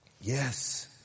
Yes